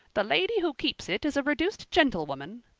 the lady who keeps it is a reduced gentlewoman,